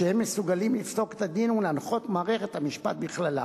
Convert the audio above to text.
שהם מסוגלים לפסוק את הדין ולהנחות את מערכת המשפט בכללה.